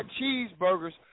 cheeseburgers